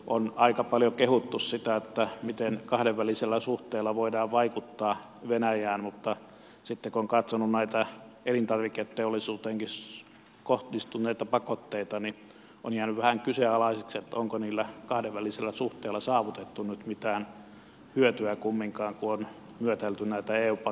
on aika paljon kehuttu sitä miten kahdenvälisellä suhteella voidaan vaikuttaa venäjään mutta sitten kun on katsonut näitä elintarviketeollisuuteenkin kohdistuneita pakotteita niin on jäänyt vähän kyseenalaiseksi että onko niillä kahdenvälisillä suhteilla saavutettu nyt mitään hyötyä kumminkaan kun on myötäilty näitä eu pakotteita